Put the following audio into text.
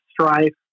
Strife